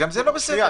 גם זה לא בסדר.